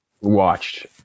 watched